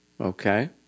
Okay